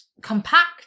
compact